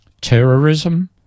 terrorism